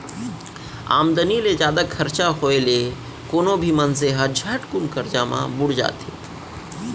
आमदनी ले जादा खरचा के होय ले कोनो भी मनसे ह झटकुन करजा म बुड़ जाथे